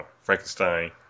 Frankenstein